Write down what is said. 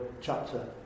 chapter